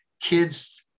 kids